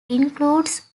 includes